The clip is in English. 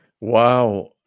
Wow